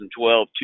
2012